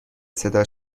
صدا